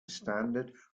standard